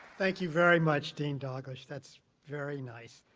thank you very much, dean dalglish, that's very nice.